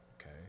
Okay